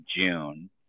June